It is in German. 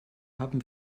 haben